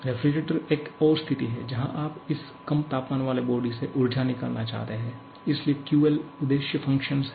refrigerator एक और स्थिति है जहां आप इस कम तापमान वाले बॉडी से ऊर्जा निकालना चाहते हैं इसलिए QL उद्देश्य फ़ंक्शन है